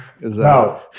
No